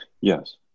Yes